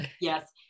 Yes